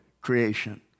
creation